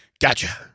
Gotcha